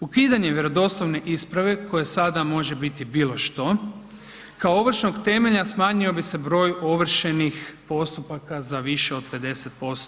Ukidanjem vjerodostojne isprave koja sada može biti bilo što kao ovršnog temelja smanjio bi se broj ovršenih postupaka za više od 50%